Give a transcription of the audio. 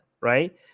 right